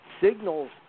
signals